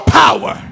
power